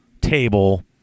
table